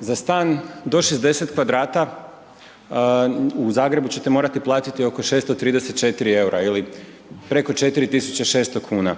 Za stan do 60 kvadrata u Zagrebu ćete morati platiti oko 634 eura ili preko 4600 kn.